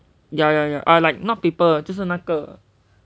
ya ya ya ah like not people 就是那个